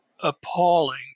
appalling